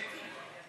כן.